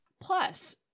Plus